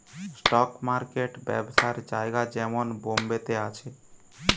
stock market ব্যবসার জায়গা যেমন বোম্বে তে আছে